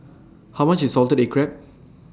How much IS Salted Egg Crab